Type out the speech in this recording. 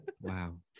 Wow